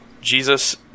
Jesus